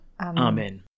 Amen